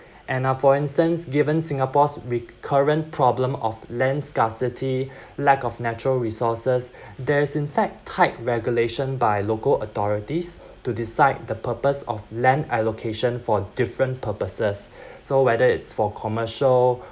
and uh for instance given singapore's recurrent problem of land scarcity lack of natural resources there is in fact tight regulation by local authorities to decide the purpose of land allocation for different purposes so whether it's for commercial